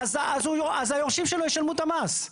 אז היורשים שלו ישלמו את המס.